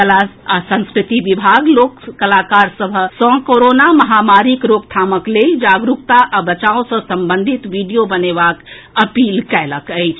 कला आ संस्कृति विभाग लोक कलाकार सभ सँ कोरोना महामारीक रोकथामक लेल जागरूकता आ बचाव सँ संबंधित वीडियो बनेबाक अपील कएलक अछि